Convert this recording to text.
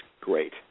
great